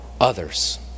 others